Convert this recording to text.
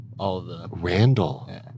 Randall